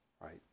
right